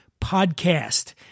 podcast